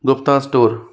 Gupta store